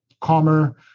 calmer